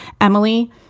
Emily